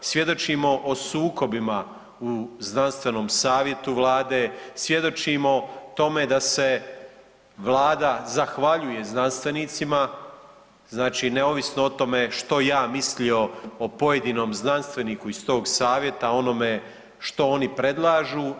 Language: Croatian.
Svjedočimo o sukobima u Znanstvenom savjetu Vlade, svjedočimo tome da se Vlada zahvaljuje znanstvenicima znači neovisno o tome što ja mislio o pojedinom znanstveniku iz tog Savjeta onome što oni predlažu.